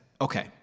Okay